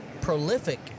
prolific